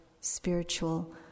spiritual